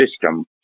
system